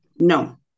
No